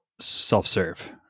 self-serve